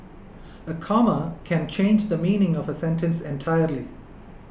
a comma can change the meaning of a sentence entirely